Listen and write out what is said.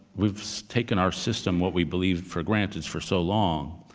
we've taken our system, what we believed, for granted for so long,